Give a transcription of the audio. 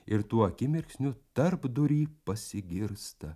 ir tuo akimirksniu tarpdury pasigirsta